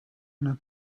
una